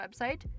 website